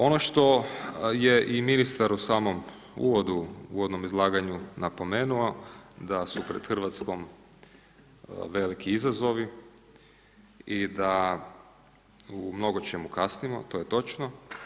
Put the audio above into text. Ono što je i ministar u samom uvodu, uvodnom izlaganju napomenuo da su pred Hrvatskom veliki izazovi i da u mnogočemu kasnimo, to je točno.